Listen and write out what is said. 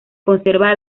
conserva